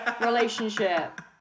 relationship